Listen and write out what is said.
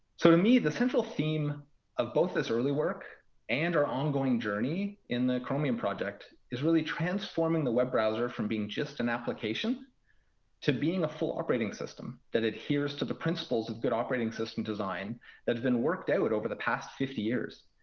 so to me, the central theme of both this early work and our ongoing journey in the chromium project is really transforming the web browser from being just an application to being a full operating system that adheres to the principles of good operating system design that has been worked out over the past fifty years.